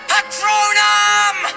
Patronum